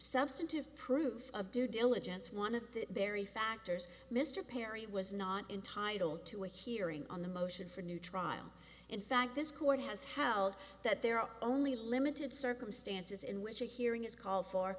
substantive proof of due diligence one of the berry factors mr perry was not entitled to a hearing on the motion for a new trial in fact this court has held that there are only limited circumstances in which a hearing is called for